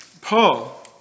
Paul